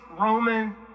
Roman